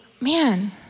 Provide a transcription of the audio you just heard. man